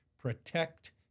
protect